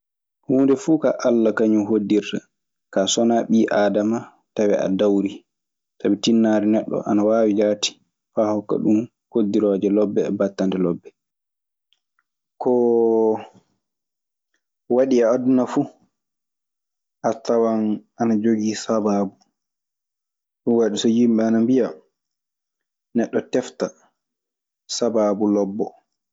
Huunde fuu kaa Alla ka)un hoddirta. Kaa, so wanaa ɓii aadama tawee a dawrii, sabi tinnaare neɗɗo ana waawi jaati faa hokka ɗun koddirooje lobbe e battanɗe lobbe. Koo waɗi e aduna fu, a tawan ana jogii sabaabu. Ɗun waɗi so yimɓe ana mbiya neɗɗo tefta sabaabu sabaabu lobbo.